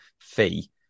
fee